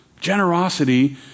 Generosity